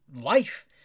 life